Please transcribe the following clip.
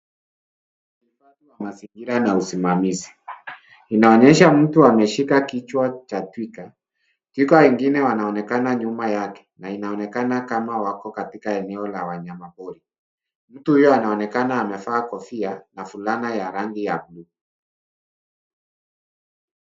Uhifadhi wa mazingira na usimamizi inaonyesha mtu ameshika kichwa cha twiga. Twiga wengine wanaonekana nyuma yake na inaonekana kama wako katika eneo la wanyama pori. Mtu huyo anaonekana amevaa kofia na fulana ya rangi ya bluu.